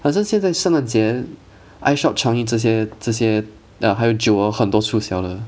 好像现在圣诞节 ishop changi 这些这些的还有酒 hor 很多促销的